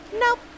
Nope